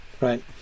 right